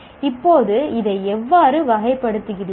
இப்போது இதை எவ்வாறு வகைப்படுத்துகிறீர்கள்